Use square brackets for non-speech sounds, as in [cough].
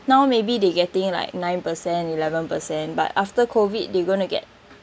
[breath] now maybe they getting like nine percent eleven percent but after COVID they gonna get